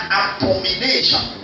abomination